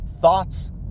thoughts